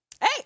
Hey